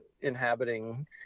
inhabiting